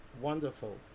wonderful